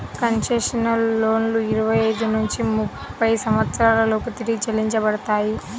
concessional లోన్లు ఇరవై ఐదు నుంచి ముప్పై సంవత్సరాల లోపు తిరిగి చెల్లించబడతాయి